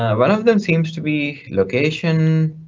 ah one of them seems to be location.